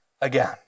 again